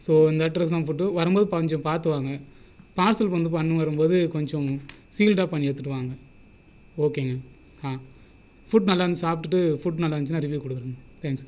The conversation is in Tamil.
ஸோ இந்த அட்ரஸ் தான் ஃபுட்டு வரும்போது கொஞ்சம் பார்த்துவங்க பார்சல் வந்து பண்ணி வரும் போது கொஞ்சம் சீல்டா பண்ணி எடுத்துட்டு வாங்க ஓகேங்க ஃபுட் நல்லா இருந்துது சாப்பிடுட்டு ஃபுட் நல்லா இருந்துச்சினா ரிவ்யூ கொடுக்குறேன் தேங்ஸ்ங்க